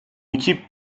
équipe